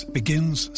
begins